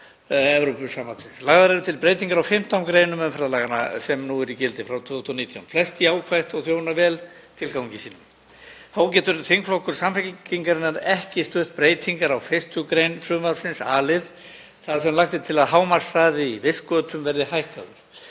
Lagðar eru til breytingar á 15 greinum umferðarlaganna sem nú eru í gildi frá 2019, flest jákvætt og þjónar vel tilgangi sínum. Þó getur þingflokkur Samfylkingarinnar ekki stutt breytingar á a-lið 1. gr. frumvarpsins þar sem lagt er til að hámarkshraði í vistgötum verði hækkaður.